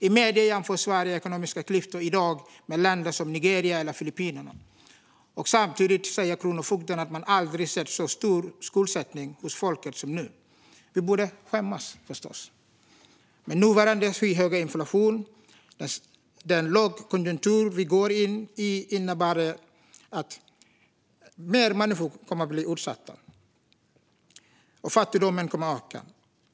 I medierna jämförs Sveriges ekonomiska klyftor i dag med länder som Nigeria och Filippinerna. Samtidigt säger Kronofogden att man aldrig sett så stor skuldsättning hos folket som nu. Vi borde förstås skämmas. Nuvarande skyhöga inflation och den lågkonjunktur vi går in i innebär att fler människor kommer att bli utsatta och att fattigdomen kommer att öka.